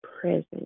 present